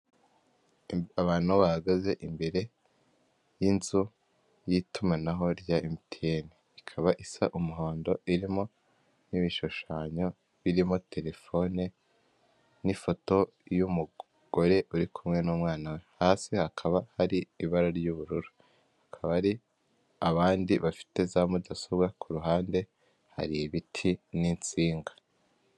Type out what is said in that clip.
Abantu bahagaze imbere y'inzu y'itumanaho rya MTN ikaba isa umuhondo irimo n'ibishushanyo birimo telefone n'ifoto y'umugore uri kumwe n'umwana, hasi hakaba hari ibara ry'ubururu, hakaba hari abandi bafite za mudasobwa ku ruhande hari ibiti n'insinga.